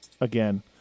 again